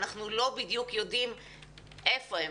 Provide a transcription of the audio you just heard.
אנחנו לא בדיוק יודעים היכן הם,